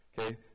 Okay